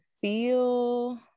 feel